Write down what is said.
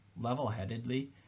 level-headedly